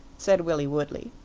said willie woodley.